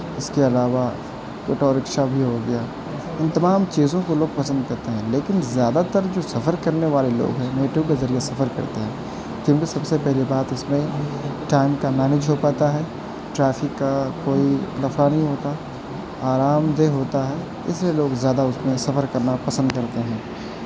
اس کے علاوہ auto rickshaw بھی ہو گیا ان تمام چیزوں کو لوگ پسند کرتے ہیں لیکن زیادہ تر جو سفر کرنے والے لوگ ہیں میٹرو کے ذریعے سفر کرتے ہیں کیوںکہ سب سے پہلی بات اس میں ٹائم کا مینیج ہو پاتا ہے ٹرافک کا کوئی لفڑا نہیں ہوتا آرام دہ ہوتا ہے اس لیے لوگ زیادہ اس میں سفر کرنا پسند کرتے ہیں